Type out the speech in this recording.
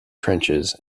trenches